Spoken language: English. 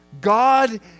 God